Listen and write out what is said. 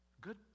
good